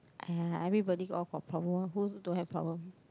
!aiya! everybody all got problem who don't have problem